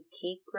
keep